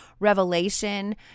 Revelation